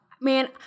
man